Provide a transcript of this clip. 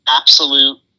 absolute